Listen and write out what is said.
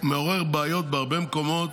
מעורר בעיות בהרבה מקומות,